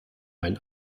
mein